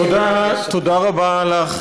בבקשה, אדוני, תשע דקות לרשותך.